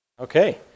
Okay